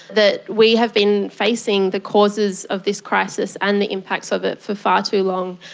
that we have been facing the causes of this crisis and the impacts of it for far too long.